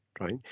right